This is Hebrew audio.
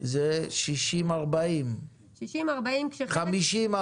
זה 60-40. 50,